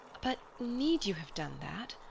but need you have done that?